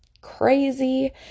crazy